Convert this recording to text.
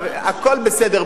הכול בסדר,